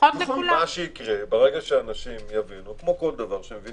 מה שיקרה, ברגע שאנשים יבינו, כולם ירוצו.